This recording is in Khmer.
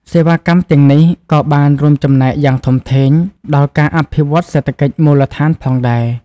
សេវាកម្មទាំងនេះក៏បានរួមចំណែកយ៉ាងធំធេងដល់ការអភិវឌ្ឍន៍សេដ្ឋកិច្ចមូលដ្ឋានផងដែរ។